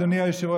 אדוני היושב-ראש,